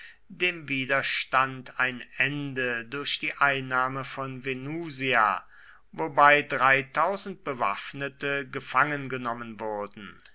dem widerstand ein ende durch die einnahme von venusia wobei bewaffnete gefangen genommen wurden